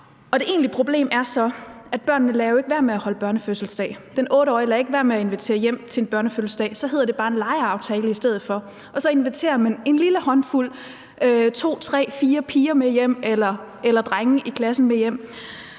Det egentlige problem er så, at børnene jo ikke lader være med at holde børnefødselsdage. Den 8-årige lader ikke være med at invitere hjem til en børnefødselsdag. Så hedder det bare en legeaftale i stedet for, og så inviterer man en lille håndfuld, to, tre, fire piger eller drenge i klassen, med hjem.